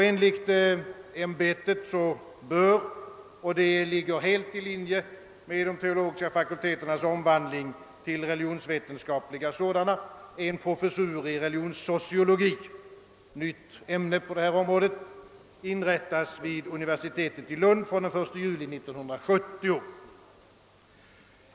Enligt ämbetet bör — och det ligger helt i linje med de teologiska fakulteternas omvandling till religionsvetenskapliga sådana — en professur i religionssociologi, ett nytt ämne på detta område, inrättas vid universitetet i Lund från den 1 juli 1970.